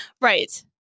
Right